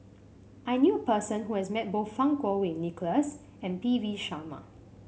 I knew person who has met both Fang Kuo Wei Nicholas and P V Sharma